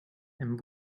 and